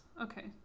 Okay